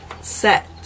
set